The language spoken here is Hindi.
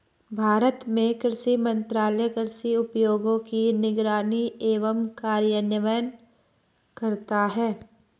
भारत में कृषि मंत्रालय कृषि उद्योगों की निगरानी एवं कार्यान्वयन करता है